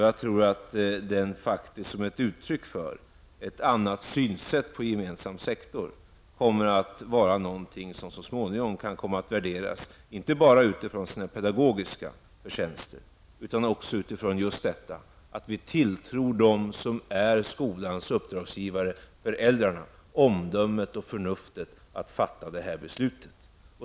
Jag tror att de, som ett uttryck för ett annat synsätt på gemensam sektor, så småningom kan komma att värderas inte bara utifrån sina pedagogiska förtjänster utan också utifrån detta att vi tilltror dem som är skolans uppdragsgivare -- föräldrarna -- omdömet och förnuftet att fatta detta beslut.